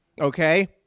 Okay